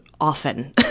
often